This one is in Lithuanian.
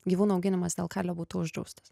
gyvūnų auginimas dėl kailio būtų uždraustas